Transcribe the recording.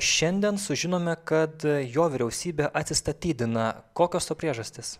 šiandien sužinome kad jo vyriausybė atsistatydina kokios to priežastys